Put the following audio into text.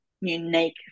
unique